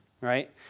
right